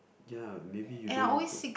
ya maybe you don't go